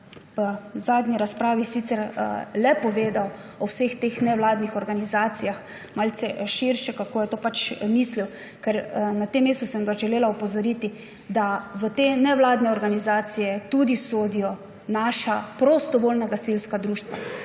v zadnji razpravi le povedal o vseh teh nevladnih organizacijah malce širše, kako je to mislil, ker na tem mestu sem vas želela opozoriti, da v te nevladne organizacije sodijo tudi naša prostovoljna gasilka društva,